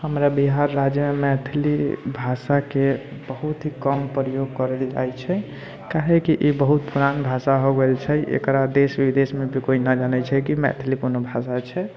हमरा बिहार राज्यमे मैथिली भाषाके बहुत ही कम प्रयोग करल जाइ छै काहेकि ई बहुत पुरान भाषा हो गेल छै एकरा देश विदेशमे भी कोइ न जानै छै कि मैथिली कोनो भाषा छै